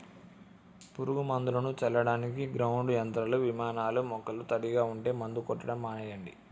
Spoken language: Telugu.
పురుగు మందులను చల్లడానికి గ్రౌండ్ యంత్రాలు, విమానాలూ మొక్కలు తడిగా ఉంటే మందు కొట్టడం మానెయ్యండి